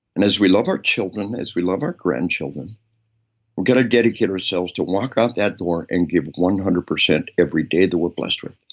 and as we love our children, as we love our grandchildren, we're gonna dedicate ourselves to walk out that door and give one hundred percent every day that we're blessed with.